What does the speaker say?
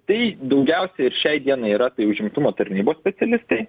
tai daugiausiai ir šiai dienai yra tai užimtumo tarnybos specialistai